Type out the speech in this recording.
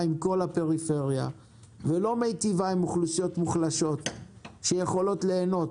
עם כל הפריפריה ולא מיטיבה עם אוכלוסיות מוחלשות שיכולות ליהנות,